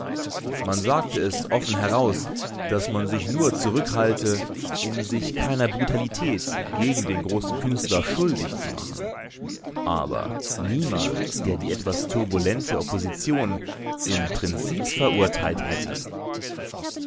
man sagte es offen heraus daß man sich nur zurückhalte um sich keiner brutalität gegen den großen künstler schuldig zu machen aber niemand der die etwas turbulente opposition im prinzip verurteilt hätte